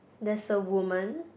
there's a woman